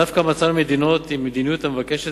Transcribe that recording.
דווקא מצאנו מדינות עם מדיניות המבקשת